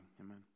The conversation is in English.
Amen